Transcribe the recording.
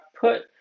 put